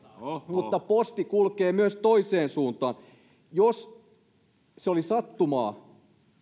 mutta posti kulkee myös toiseen suuntaan jos se oli sattumaa